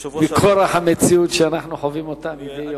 מכורח המציאות שאנחנו חווים מדי יום.